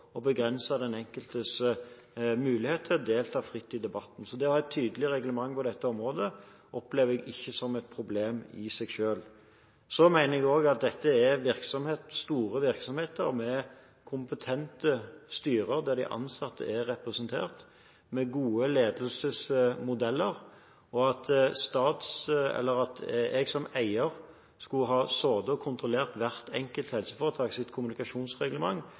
begrense den enkeltes mulighet til å delta fritt i debatten. Det å ha et tydelig reglement på dette området opplever jeg ikke som et problem i seg selv. Dette er store virksomheter, med kompetente styrer – der de ansatte er representert – og med gode ledelsesmodeller. At jeg som eier skal sitte og kontrollere hvert enkelt helseforetaks kommunikasjonsreglement, mener jeg er stikk motsatt av det som